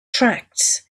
tracts